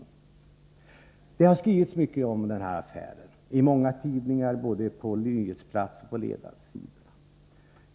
Det har i många tidningar skrivits mycket om den här affären, både på nyhetsplats och på ledarsidorna.